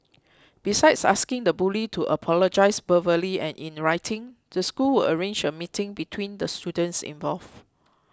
besides asking the bully to apologise verbally and in writing the school will arrange a meeting between the students involved